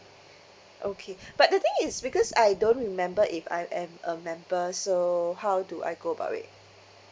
okay but the thing is because I don't remember if I am a member so how do I go about it